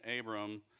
Abram